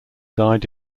died